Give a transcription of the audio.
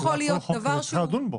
בכל חוק היא צריכה לדון.